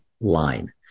line